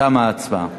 בעד, 24,